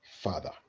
father